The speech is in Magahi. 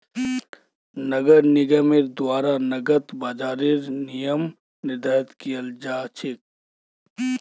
नगर निगमेर द्वारा नकद बाजारेर नियम निर्धारित कियाल जा छेक